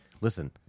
listen